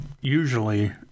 usually